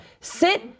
Sit